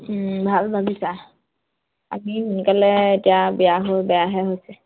ভাল ভাবিছা আমি সোনকালে এতিয়া বিয়া হৈ বেয়াহে হৈছে